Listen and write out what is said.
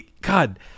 god